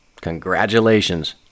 Congratulations